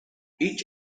each